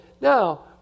now